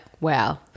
Wow